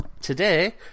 today